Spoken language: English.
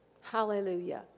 Hallelujah